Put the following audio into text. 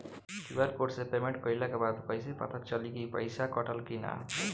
QR code से payment कईला के बाद कईसे पता चली की पैसा कटल की ना?